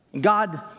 God